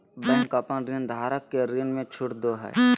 bank अपन ऋणधारक के ऋण में छुट दो हइ